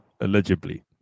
allegedly